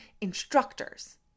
instructors